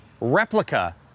replica